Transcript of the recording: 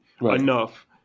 enough